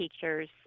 teachers